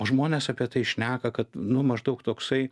o žmonės apie tai šneka kad nu maždaug toksai